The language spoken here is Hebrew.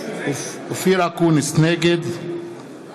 אופיר אקוניס, נגד